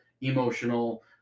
emotional